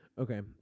Okay